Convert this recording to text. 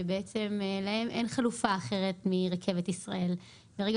שלהם אין חלופה אחרת מרכבת ישראל וברגע